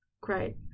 Great